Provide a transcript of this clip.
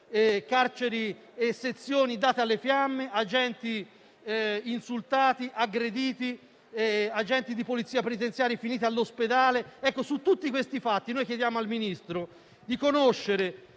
carceri e sezioni date alle fiamme, agenti insultati e aggrediti, agenti di Polizia penitenziaria finiti all'ospedale. Su tutti questi fatti chiediamo al Ministro di sapere